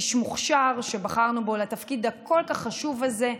הוא איש מוכשר, ובחרנו בו לתפקיד הכל-כך חשוב הזה.